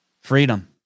Freedom